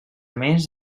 més